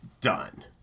done